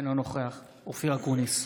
אינו נוכח אופיר אקוניס,